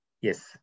Yes